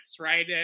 right